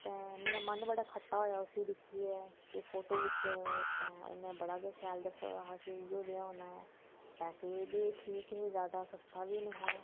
ते मेरा मन बडा खट्टा होआ उसी दिक्खियै कि फोटो बिच ते उंहे बडा गै शैल दस्सै दा हा कि इयो नेहा होना ऐ पेसे बी ठीक ऐ ज्यादा सस्ता बी नेई हा